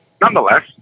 Nonetheless